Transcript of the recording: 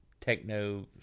techno